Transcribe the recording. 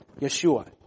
Yeshua